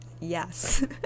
yes